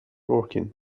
working